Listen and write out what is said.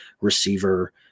receiver